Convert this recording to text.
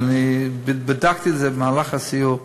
ואני בדקתי את זה במהלך הסיור: